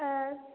आस्